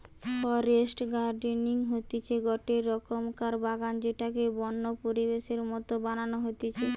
forest gardening হতিছে গটে রকমকার বাগান যেটাকে বন্য পরিবেশের মত বানানো হতিছে